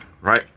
Right